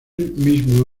mismo